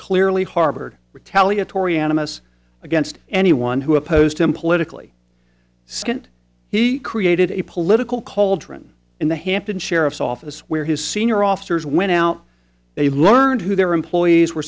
clearly harbored retaliatory animus against anyone who opposed him politically skinned he created a political cauldron in the hampton sheriff's office where his senior officers went out they learned who their employees were